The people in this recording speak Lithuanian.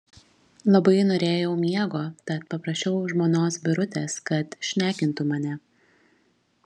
labai norėjau miego tad paprašiau žmonos birutės kad šnekintų mane